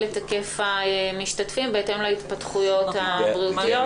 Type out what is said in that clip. את היקף המשתתפים בהתאם להתפתחויות הבריאותיות.